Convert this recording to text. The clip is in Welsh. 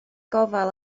gofal